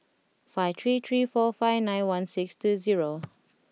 five three three four five nine one six two zero